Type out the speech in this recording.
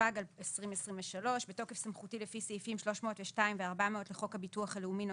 התשפ"ג 2023 בתוקף סמכותי לפי סעיפים 302 ו-400 לחוק הביטוח הלאומי ,